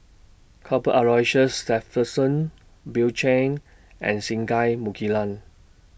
Cuthbert Aloysius Shepherdson Bill Chen and Singai Mukilan